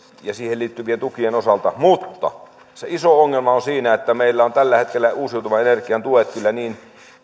ja siihen liittyvien tukien osalta mutta se iso ongelma on siinä että meillä on tällä hetkellä uusiutuvan energian tuet kyllä